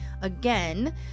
Again